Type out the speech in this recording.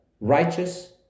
Righteous